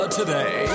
today